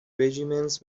regiments